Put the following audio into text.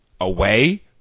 away